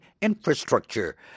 infrastructure